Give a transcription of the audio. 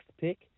pick